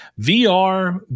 VR